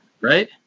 right